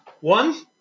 One